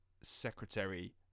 Secretary